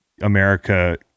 America